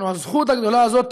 או הזכות הגדולה הזאת,